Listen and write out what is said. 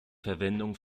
verwendung